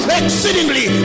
exceedingly